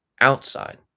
outside